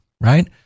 right